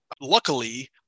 luckily